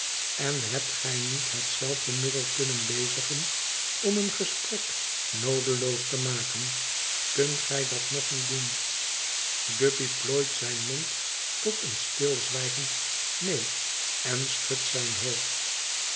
en hebt gij niet hetzelfde middel kunnen bezigen om een gesprek noodeloos te maken kunt gij dat nog niet doen guppy plooit zijn mond tot een stilzwijgend neen en schudt zijn hoofd